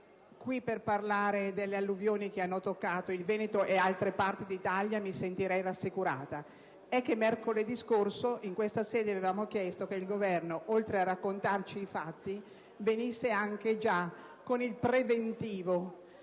per parlare delle alluvioni che hanno toccato il Veneto ed altre parti d'Italia mi rassicura. Tuttavia mercoledì scorso, in questa sede, avevamo chiesto che il Governo, oltre a raccontarci i fatti, venisse già con il preventivo.